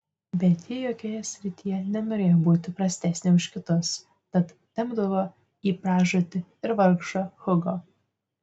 bet ji jokioje srityje nenorėjo būti prastesnė už kitus tad tempdavo į pražūtį ir vargšą hugo